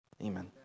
Amen